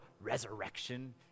resurrection